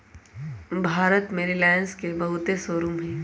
भारत में रिलाएंस के बहुते शोरूम हई